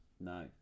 No